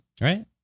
Right